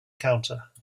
counter